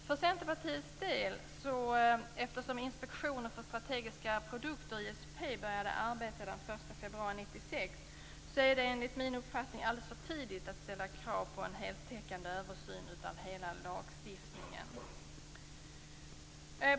ISP, började arbeta den 1 februari 1996 är det enligt min uppfattning alldeles för tidigt att ställa krav på en heltäckande översyn av hela lagstiftningen.